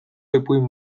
ipuin